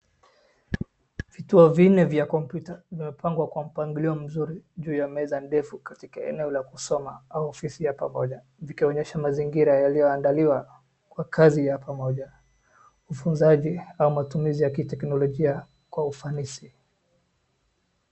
Vituo vinne vya kompyuta vimepangwa kwa mpangilio mzuri juu ya meza ndefu katika eneo la kusoma au ofisi ya pamoja vikionyesha mazingira yaliyoandaliwa kwa kazi ya pamoja, ufunzaji au matumizi ya kiteknolojia kwa ufanisi.